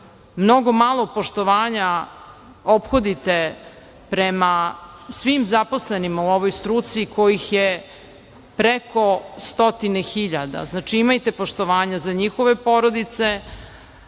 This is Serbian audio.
mnogo malo poštovanja ophodite prema svim zaposlenima u ovoj struci kojih je preko stotine hiljada. Znači, imajte poštovanja za njihove porodice